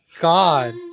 God